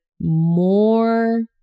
more